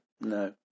No